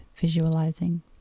visualizing